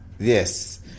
Yes